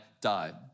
died